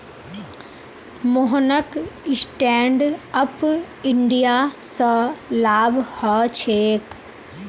मोहनक stand up India स लाभ ह छेक